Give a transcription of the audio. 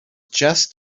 just